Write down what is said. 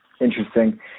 Interesting